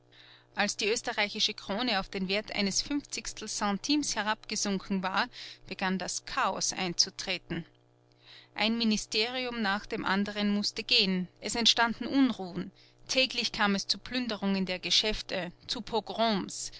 als die österreichische krone auf den wert eines fünfzigstel centimes herabgesunken war begann das chaos einzutreten ein ministerium nach dem anderen mußte gehen es entstanden unruhen täglich kam es zu plünderungen der geschäfte zu pogroms